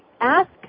ask